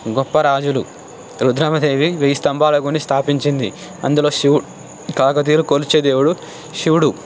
గొప్ప రాజులు రుద్రమదేవి వెయ్యి స్తంభాల గుడిని స్థాపించింది అందులో శివుడు కాకతీయులు కొలిచే దేవుడు శివుడు